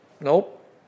Nope